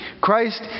Christ